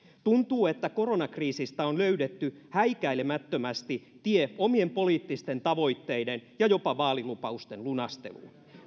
tuntuu että koronakriisistä on löydetty häikäilemättömästi tie omien poliittisten tavoitteiden ja jopa vaalilupausten lunasteluun